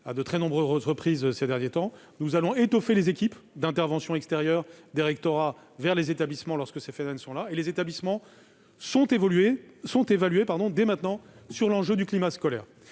à de très nombreuses reprises ces derniers temps. Nous allons étoffer les équipes d'intervention extérieure des rectorats vers les établissements, lorsque ces phénomènes se produisent, et les établissements sont évalués, dès maintenant, sur l'enjeu du climat scolaire.